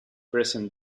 present